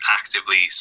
actively